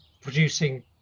producing